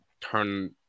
turn